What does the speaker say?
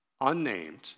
unnamed